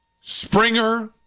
Springer